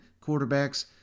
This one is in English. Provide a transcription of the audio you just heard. quarterbacks